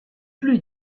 plus